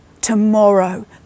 tomorrow